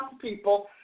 people